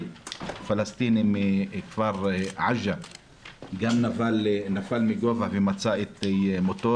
פלסטיני מכפר עג'ה שנפל מגובה ומצא את מותו.